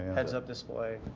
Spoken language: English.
heads-up display,